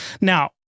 Now